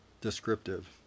descriptive